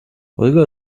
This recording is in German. holger